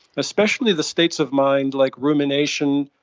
especially the states of mind like rumination,